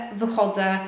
wychodzę